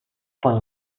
poi